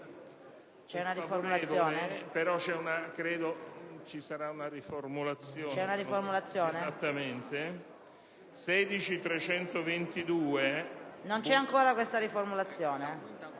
su una riformulazione